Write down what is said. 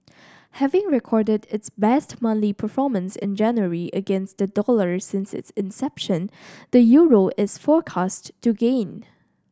having recorded its best monthly performance in January against the dollar since its inception the Euro is forecast to gain